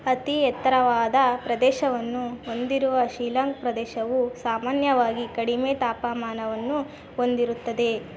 ಅತೀ ಎತ್ತರವಾದ ಪ್ರದೇಶವನ್ನು ಹೊಂದಿರುವ ಶಿಲ್ಲಾಂಗ್ ಪ್ರದೇಶವು ಸಾಮಾನ್ಯವಾಗಿ ಕಡಿಮೆ ತಾಪಮಾನವನ್ನು ಹೊಂದಿರುತ್ತದೆ